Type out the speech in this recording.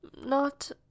Not